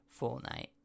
Fortnite